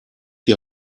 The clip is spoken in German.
die